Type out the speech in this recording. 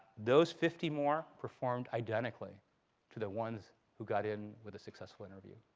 those fifty more performed identically to the ones who got in with the successful interview.